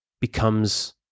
becomes